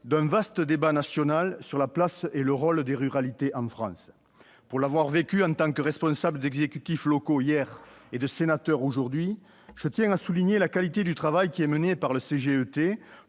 d'un vaste débat national sur la place et le rôle des ruralités en France. Pour l'avoir appréciée en tant que responsable d'exécutifs locaux hier, de sénateur aujourd'hui, je tiens à souligner la qualité du travail mené par le